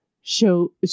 show